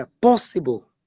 possible